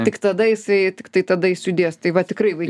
tik tada jisai tiktai tada jis judės tai va tikrai vai